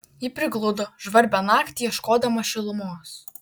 ji prigludo žvarbią naktį ieškodama šilumos